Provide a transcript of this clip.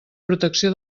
protecció